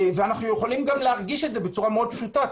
ואנחנו יכולים גם להרגיש את זה בצורה מאוד פשוטה,